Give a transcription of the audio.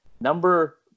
Number